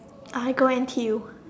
I go N_T_U